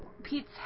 Pete's